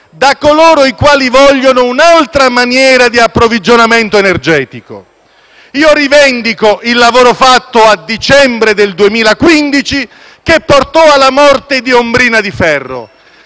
da coloro i quali vogliono un'altra maniera di approvvigionamento energetico. Io rivendico il lavoro fatto a dicembre del 2015 che portò alla morte di Ombrina di ferro.